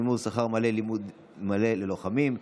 מימון שכר לימוד מלא ללוחמים),